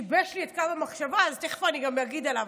שיבש לי את קו המחשבה, אז תכף אני גם אגיד עליו.